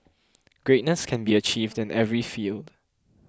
greatness can be achieved in every field